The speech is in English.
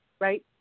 right